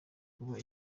kuba